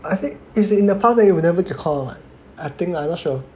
I think if it's in the past you will never get caught [one] [what] I think I not sure